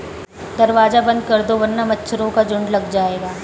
दरवाज़ा बंद कर दो वरना मच्छरों का झुंड लग जाएगा